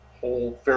whole